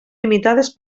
limitades